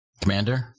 Commander